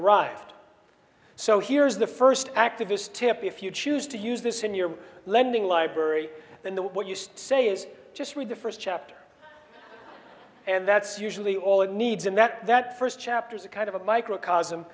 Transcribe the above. arrived so here's the first activist tip if you choose to use this in your lending library than the what you say is just read the first chapter and that's usually all it needs and that that first chapters are kind of a microcosm